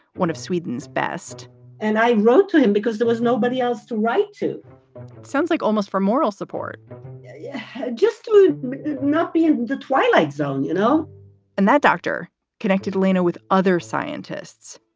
one of sweden's best and i wrote to him because there was nobody else to write to sounds like almost for moral support yeah. yeah. just to not be in the twilight zone, you know and that doctor connected lena with other scientists.